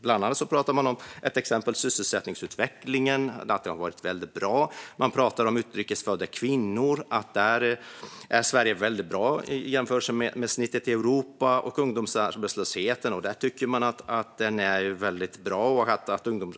Bland annat pratas det om sysselsättningsutvecklingen som ett exempel på sådant som har varit väldigt bra. Det pratas om utrikesfödda kvinnor och att Sverige är bra när det gäller dessa i jämförelse med snittet i Europa. Detsamma gäller ungdomsarbetslösheten, som regeringen tycker ser väldigt bra ut eftersom